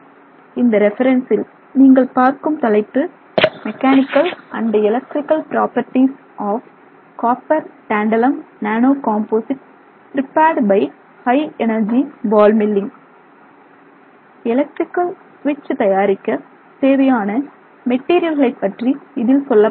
இந்த ரெபெரென்சில் நீங்கள் பார்க்கும் தலைப்பு "mechanical and electrical properties of copper tantalum nano composites prepared by high energy ball milling" electrical சுவிட்ச் தயாரிக்க தேவையான மெட்டீரியல்களை பற்றி இதில் சொல்லப்பட்டிருக்கிறது